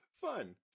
fun